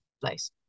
place